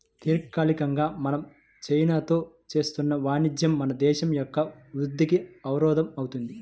దీర్ఘకాలికంగా మనం చైనాతో చేస్తున్న వాణిజ్యం మన దేశం యొక్క వృద్ధికి అవరోధం అవుతుంది